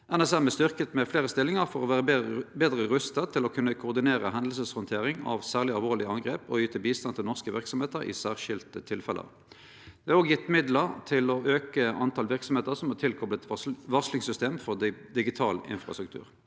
NSM er styrkt med fleire stillingar for å vere betre rusta til å koordinere hendingshandtering av særleg alvorlege angrep og yte bistand til norske verksemder i særskilde tilfelle. Det er òg gjeve midlar til å auke talet på verksemder som er tilkopla varslingssystemet for digital infrastruktur,